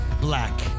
Black